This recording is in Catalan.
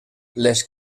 les